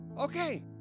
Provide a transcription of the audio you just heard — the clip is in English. okay